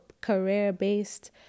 career-based